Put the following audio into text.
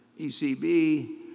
ECB